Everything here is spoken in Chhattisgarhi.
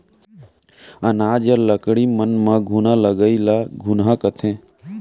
अनाज या लकड़ी मन म घुना लगई ल घुनहा कथें